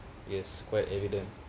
is quite evident